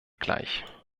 gleich